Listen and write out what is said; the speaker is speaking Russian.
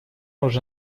уже